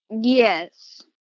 Yes